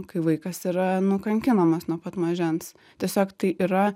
kai vaikas yra nukankinamas nuo pat mažens tiesiog tai yra